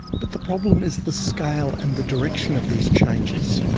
but the problem is the scale and the direction of these changes.